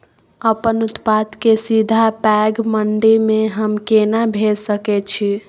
अपन उत्पाद के सीधा पैघ मंडी में हम केना भेज सकै छी?